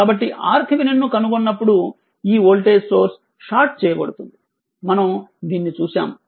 కాబట్టి RThevenin ను కనుగొన్నప్పుడు ఈ వోల్టేజ్ సోర్స్ షార్ట్ చేయబడుతుంది మనము దీనిని చూశాము